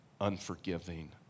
unforgiving